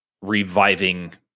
reviving